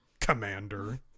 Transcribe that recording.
commander